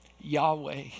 Yahweh